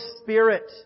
spirit